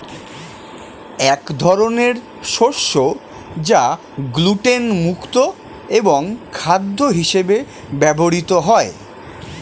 এক ধরনের শস্য যা গ্লুটেন মুক্ত এবং খাদ্য হিসেবে ব্যবহৃত হয়